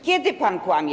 Kiedy pan kłamie?